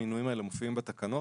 המינויים האלה מופיעים בתקנות,